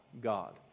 God